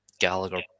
Gallagher